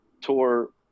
tour